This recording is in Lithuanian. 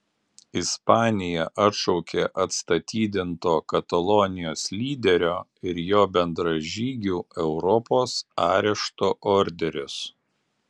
ispanija atšaukė atstatydinto katalonijos lyderio ir jo bendražygių europos arešto orderius